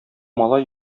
малай